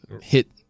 hit